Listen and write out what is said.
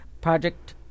project